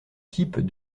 types